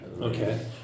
Okay